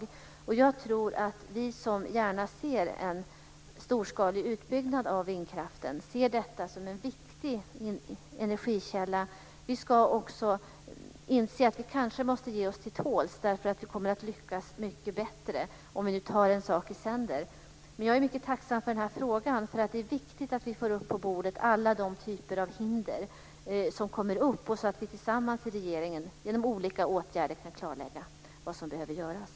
Jag tror att vi som gärna vill ha en storskalig utbyggnad av vindkraften och ser den som en viktig energikälla måste inse att vi kanske får ge oss till tåls. Vi kommer att lyckas bättre om vi tar en sak i sänder. Men jag är mycket tacksam för den här frågan. Det är viktigt att vi får upp alla typer av hinder på bordet så att vi tillsammans i regeringen genom olika åtgärder kan klarlägga vad som behöver göras.